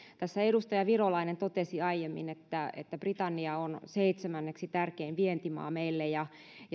tässä edustaja virolainen totesi aiemmin että että britannia on seitsemänneksi tärkein vientimaa meille ja